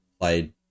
played